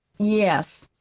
yes,